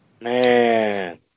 Man